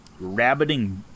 rabbiting